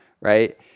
Right